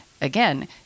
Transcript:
again